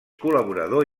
col·laborador